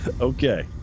Okay